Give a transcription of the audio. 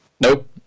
Nope